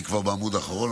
אני כבר בעמוד האחרון,